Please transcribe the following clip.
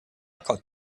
got